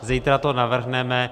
Zítra to navrhneme.